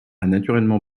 naturellement